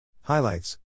Highlights